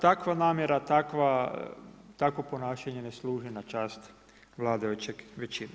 Takva namjera, takvo ponašanje ne služi na čast vladajuće većine.